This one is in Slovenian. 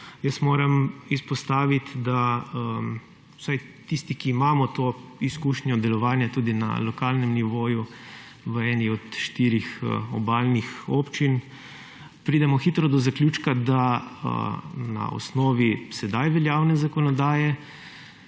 moram izpostaviti, da vsaj tisti, ki imajo to izkušnjo delovanja tudi na lokalnem nivoju v eni od štirih obalnih občin, pridemo hitro do zaključka, da na osnovi sedaj veljavne zakonodaje